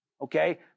okay